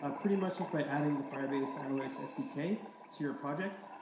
ah pretty much just by adding the firebase analytics sdk to your project,